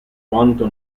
quanto